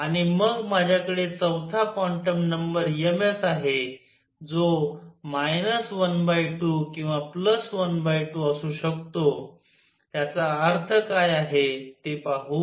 आणि मग माझ्याकडे चौथा क्वांटम नंबर ms आहे जो 12 किंवा 12 असू शकतो त्याचा अर्थ काय आहे ते पाहू